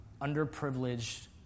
underprivileged